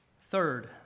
Third